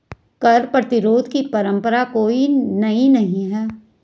कर प्रतिरोध की परंपरा कोई नई नहीं है